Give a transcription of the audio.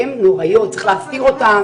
צריך להסתיר אותן.